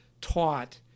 taught